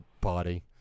party